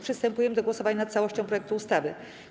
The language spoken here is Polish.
Przystępujemy do głosowania nad całością projektu ustawy.